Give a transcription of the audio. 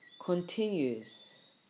continues